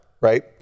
Right